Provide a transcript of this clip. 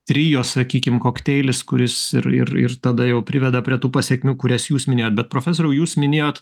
trio sakykim kokteilis kuris ir ir ir tada jau priveda prie tų pasekmių kurias jūs minėjot bet profesoriau jūs minėjot